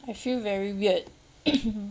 I feel very weird